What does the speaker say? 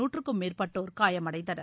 நூற்றுக்கும் மேற்பட்டோர் காயமடைந்தனர்